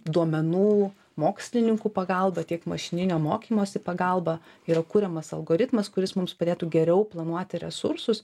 duomenų mokslininkų pagalba tiek mašininio mokymosi pagalba yra kuriamas algoritmas kuris mums padėtų geriau planuoti resursus